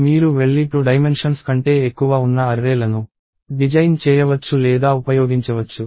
మీరు వెళ్లి 2 డైమెన్షన్స్ కంటే ఎక్కువ ఉన్న అర్రే ల ను డిజైన్ చేయవచ్చు లేదా ఉపయోగించవచ్చు